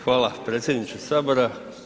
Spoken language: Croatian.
Hvala predsjedniče sabora.